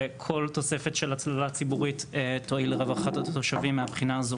וכל תוספת של הצללה ציבורית תועיל לרווחת התושבים מהבחינה הזאת.